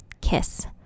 KISS